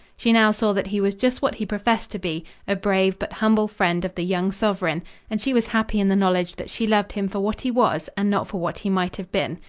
she now saw that he was just what he professed to be a brave but humble friend of the young sovereign and she was happy in the knowledge that she loved him for what he was and not for what he might have been.